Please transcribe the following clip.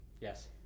Yes